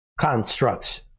constructs